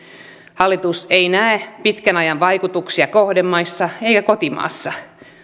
hallitus ei näe pitkän ajan vaikutuksia kohdemaissa eikä kotimaassa